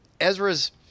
Ezra's